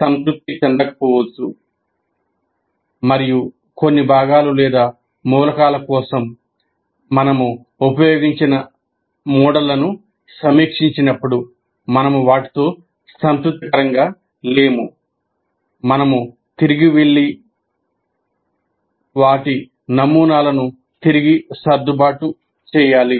సంతృప్తి చెందకపోవచ్చుమరియు కొన్ని భాగాలు లేదా మూలకాల కోసం మేము ఉపయోగించిన మోడళ్లను సమీక్షించినప్పుడు మేము వాటితో సంతృప్తికరంగా లేము మేము తిరిగి వెళ్లి వారి నమూనాలను తిరిగి సర్దుబాటు చేస్తాము